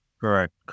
correct